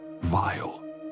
vile